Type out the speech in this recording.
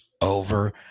over